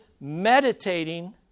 meditating